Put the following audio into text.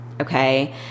Okay